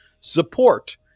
support